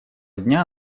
дня